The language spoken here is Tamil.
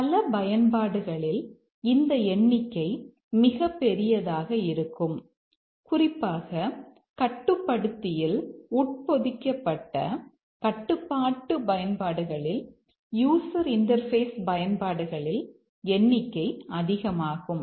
பல பயன்பாடுகளில் இந்த எண்ணிக்கை மிகப்பெரியதாக இருக்கும் குறிப்பாக கட்டுப்படுத்தியில் உட்பொதிக்கப்பட்ட கட்டுப்பாட்டு பயன்பாடுகளில் யூசர் இன்டர்பேஸ் பயன்பாடுகளில் எண்ணிக்கை அதிகமாகும்